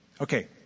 Okay